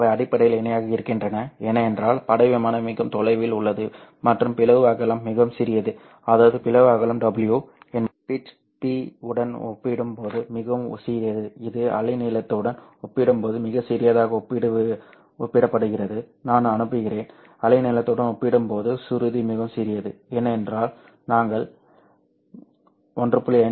அவை அடிப்படையில் இணையாக இருக்கின்றன ஏனென்றால் பட விமானம் மிகவும் தொலைவில் உள்ளது மற்றும் பிளவு அகலம் மிகவும் சிறியது அதாவது பிளவு அகலம் w என்பது பிட்ச் P உடன் ஒப்பிடும்போது மிகவும் சிறியது இது அலைநீளத்துடன் ஒப்பிடும்போது மிகச் சிறியதாக ஒப்பிடப்படுகிறது நான் அனுப்புகிறேன் அலைநீளத்துடன் ஒப்பிடும்போது சுருதி மிகவும் சிறியது ஏனென்றால் நாங்கள் 1